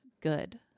good